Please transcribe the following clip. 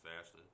faster